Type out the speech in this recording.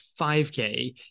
5K